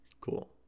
Cool